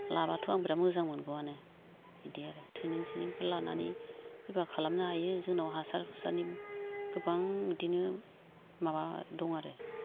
लाब्लाथ' आं बिराद मोजां मोनगौआनो इदि आरो ट्रेनिं सेनिंफोर लानानै फैब्ला खालामनो हायो जोंनाव हासार हुसारनि गोबां इदिनो माबा दं आरो